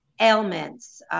ailments